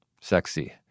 Sexy